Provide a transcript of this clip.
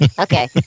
Okay